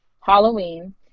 Halloween